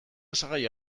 osagai